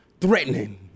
Threatening